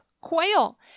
quail